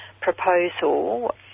proposal